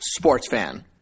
sportsfan